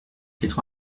quatre